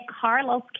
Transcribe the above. Carlos